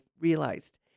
realized